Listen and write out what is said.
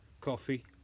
coffee